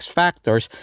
factors